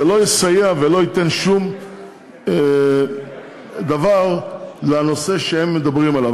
זה לא יסייע ולא ייתן שום דבר לנושא שהם מדברים עליו.